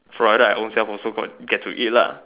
provided I own self also got get to eat lah